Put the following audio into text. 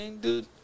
dude